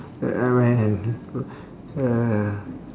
ya man ya